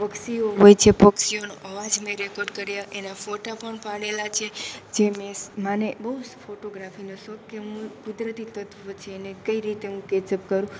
પક્ષીઓ હોય છે પક્ષીઓનો અવાજ મેં રેકોર્ડ કર્યા એના ફોટા પણ પાડેલા છે જે મેં મને બહુ જ ફોટોગ્રાફીનો શોખ કે હું કુદરતી તત્ત્વ છે એને કઈ રીતે હું કેચઅપ કરું